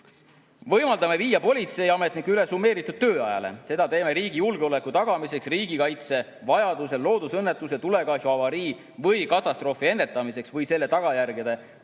Võimaldame viia politseiametnikke üle summeeritud tööajale. Seda teeme riigi julgeoleku tagamiseks, riigikaitse vajaduse korral, loodusõnnetuse, tulekahju, avarii või katastroofi ennetamiseks või selle tagajärgede